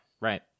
right